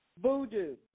voodoo